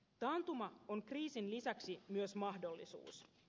taantuma on kriisin lisäksi myös mahdollisuus